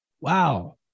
wow